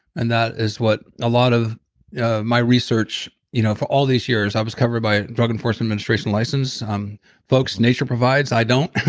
and that is what a lot of my research. you know bulletproof all these years i was covered by drug enforcement administration license um folks, nature provides, i don't.